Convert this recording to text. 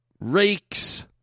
rakes